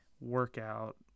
workout